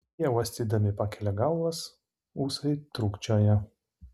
jie uostydami pakelia galvas ūsai trūkčioja